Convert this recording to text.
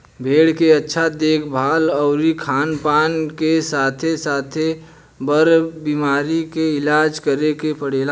भेड़ के अच्छा देखभाल अउरी खानपान के साथे साथे, बर बीमारी के इलाज करे के पड़ेला